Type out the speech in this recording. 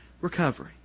recovery